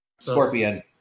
Scorpion